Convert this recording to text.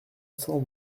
cent